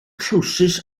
trowsus